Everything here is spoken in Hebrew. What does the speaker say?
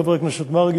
חבר הכנסת מרגי,